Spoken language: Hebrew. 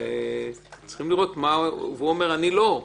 הוא אומר, אני לא,